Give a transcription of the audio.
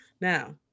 Now